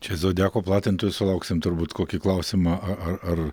čia zodiako platintojų sulauksim turbūt kokį klausimą a ar ar